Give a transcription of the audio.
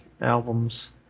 Albums